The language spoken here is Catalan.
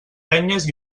renyes